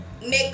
make